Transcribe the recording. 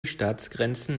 staatsgrenzen